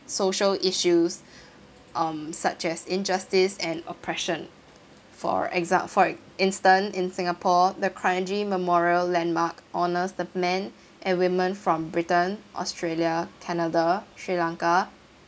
social issues um such as injustice and oppression for exam~ for instance in singapore the kranji memorial landmark honours the men and women from Britain Australia Canada Sri Lanka